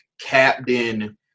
captain